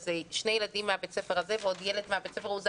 זה שני ילדים מבית הספר הזה ועוד ילד מבית הספר הזה.